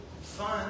fun